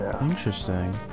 Interesting